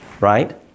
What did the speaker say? right